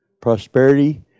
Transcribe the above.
prosperity